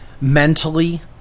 mentally